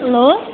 hello